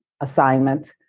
assignment